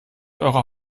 eure